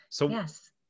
yes